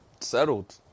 Settled